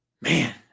Man